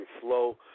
flow